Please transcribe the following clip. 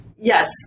yes